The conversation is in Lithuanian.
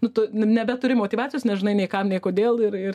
nu tu nebeturi motyvacijos nežinai nei kam nei kodėl ir ir